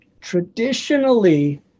traditionally